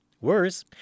Worse